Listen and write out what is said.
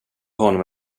honom